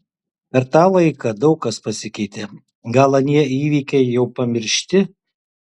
per tą laiką daug kas pasikeitė gal anie įvykiai jau pamiršti